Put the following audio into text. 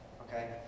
okay